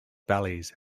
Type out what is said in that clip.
valleys